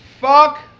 fuck